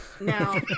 Now